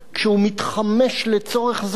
כשהוא מתחמש לצורך זה,